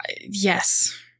Yes